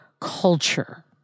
culture